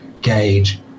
gauge